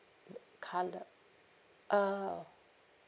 colour uh